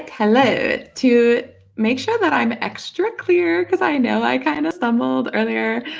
like hello. to make sure that i'm extra clear, because i know i kind of stumbled earlier,